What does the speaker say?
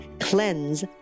CLEANSE